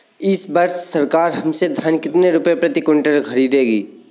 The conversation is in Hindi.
इस वर्ष सरकार हमसे धान कितने रुपए प्रति क्विंटल खरीदेगी?